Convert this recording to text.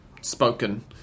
spoken